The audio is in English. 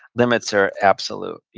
limits are absolute.